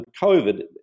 COVID